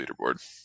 leaderboard